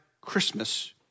Christmas